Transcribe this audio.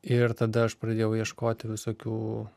ir tada aš pradėjau ieškoti visokių